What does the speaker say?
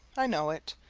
i know it.